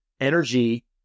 energy